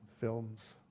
films